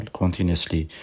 continuously